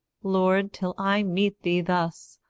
lord, till i meet thee thus,